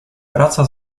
wraca